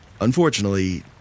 Unfortunately